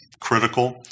critical